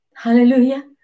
Hallelujah